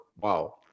wow